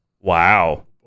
Wow